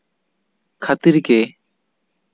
ᱠᱷᱟᱹᱛᱤᱨ ᱜᱮ